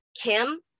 Kim